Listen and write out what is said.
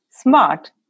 smart